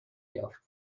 یافت